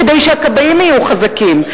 כדי שהכבאים יהיו חזקים,